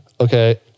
Okay